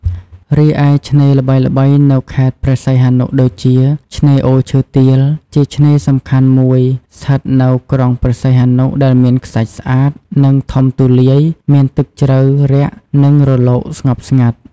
រីឯឆ្នេរល្បីៗនៅខេត្តព្រះសីហនុដូចជា ឆ្នេរអូរឈើទាល ជាឆ្នេរសំខាន់មួយស្ថិតនៅក្រុងព្រះសីហនុ ដែលមានខ្សាច់ស្អាត និងធំទូលាយ មានទឹកជ្រៅរាក់ និងរលក ស្ងប់ស្ងាត់។